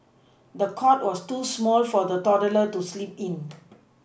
the cot was too small for the toddler to sleep in